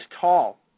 tall